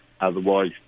Otherwise